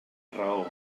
raó